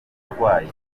uburwayi